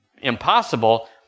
impossible